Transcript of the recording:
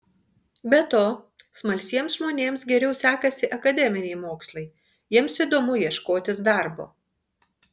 be to smalsiems žmonėms geriau sekasi akademiniai mokslai jiems įdomu ieškotis darbo